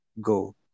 go